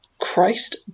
Christ